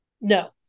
No